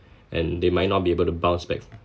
and they might not be able to bounce back